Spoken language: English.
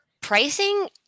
pricing